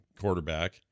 quarterback